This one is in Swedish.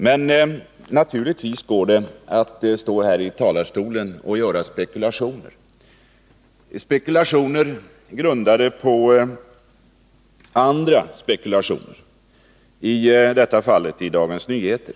Men det går naturligtvis att stå här i talarstolen och göra spekulationer, grundade på andra spekulationer — i detta fall i Dagens Nyheter.